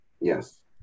Yes